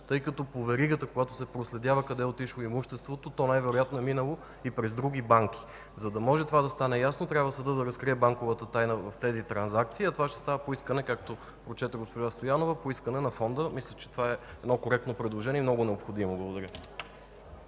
тъй като по веригата, когато се проследява къде е отишло имуществото, то най-вероятно е минало и през други банки. За да може това да стане ясно, трябва съдът да разкрие банковата тайна в тези транзакции, а това ще става по искане, както прочете госпожа Стоянова, на Фонда. Мисля, че това е коректно и много необходимо предложение.